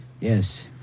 Yes